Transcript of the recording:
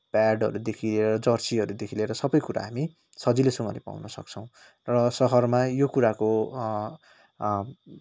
प्याडहरूदेखि लिएर जर्सीहरूदेखि लिएर सबै कुरा हामी सजिलैसँगले पाउन सक्छौँ र सहरमा यो कुराको